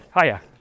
Hiya